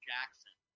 Jackson